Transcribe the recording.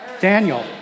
Daniel